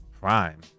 prime